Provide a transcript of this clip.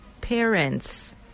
parents